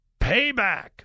payback